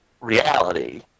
reality